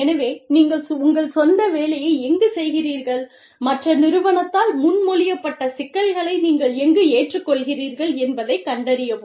எனவே நீங்கள் உங்கள் சொந்த வேலையை எங்குச் செய்கிறீர்கள் மற்ற நிறுவனத்தால் முன்மொழியப்பட்ட சிக்கல்களை நீங்கள் எங்கு ஏற்றுக்கொள்கிறீர்கள் என்பதைக் கண்டறியவும்